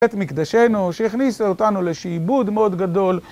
את מקדשנו שהכניסו אותנו לשעבוד מאוד גדול...